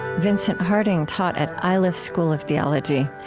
vincent harding taught at iliff school of theology.